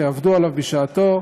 שעבדו עליו בשעתו,